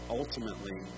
ultimately